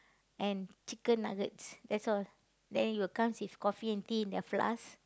and chicken nuggets that's all then it'll comes with coffee and tea in a flask